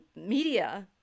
media